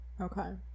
Okay